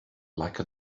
like